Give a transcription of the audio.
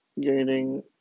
gaining